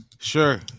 Sure